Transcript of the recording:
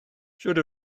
sut